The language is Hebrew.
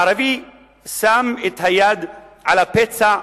הערבי שם את היד על הפצע וברח.